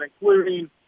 including